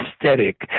aesthetic